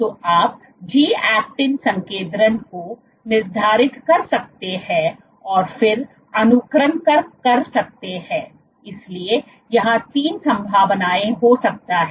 तो आप जी एक्टिन संकेंद्रण को निर्धारित कर सकते हैं और फिर अनुकरण कर सकते हैं इसलिए यहां तीन संभावनाएं हो सकता है